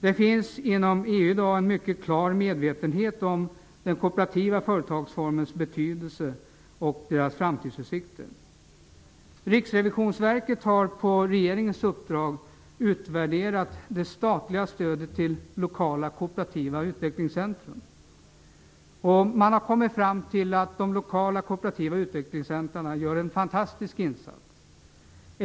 Det finns i dag inom EU en mycket klar medvetenhet om den kooperativa företagsformens betydelse och framtidsutsikter. Riksrevisionsverket har på regeringens uppdrag utvärderat det statliga stödet till lokala kooperativa utvecklingscentra, LKU. Man har kommit fram till att lokala kooperativa utvecklingscentra gör en fantastisk insats.